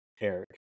Eric